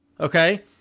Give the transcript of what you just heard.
Okay